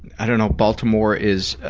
i don't know, baltimore is,